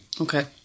Okay